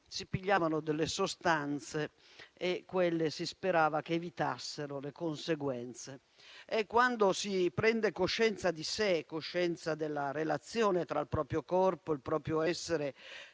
si prendevano delle sostanze e si sperava che evitassero le conseguenze. Quando si prende coscienza di sé, della relazione tra il proprio corpo e il proprio essere